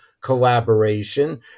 collaboration